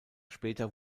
später